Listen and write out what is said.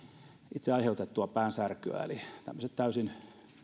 itse aiheutettua päänsärkyä eli tämmöiset täysin